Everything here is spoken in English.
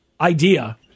idea